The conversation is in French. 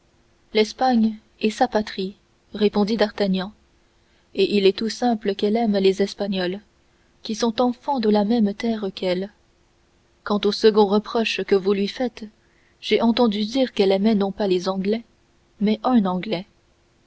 l'espagne est sa patrie répondit d'artagnan et il est tout simple qu'elle aime les espagnols qui sont enfants de la même terre qu'elle quant au second reproche que vous lui faites j'ai entendu dire qu'elle aimait non pas les anglais mais un anglais